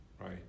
right